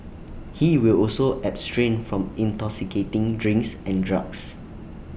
he will also abstain from intoxicating drinks and drugs